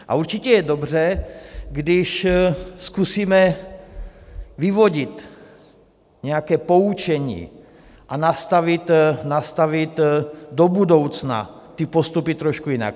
A určitě je dobře, když zkusíme vyvodit nějaké poučení a nastavit do budoucna ty postupy trošku jinak.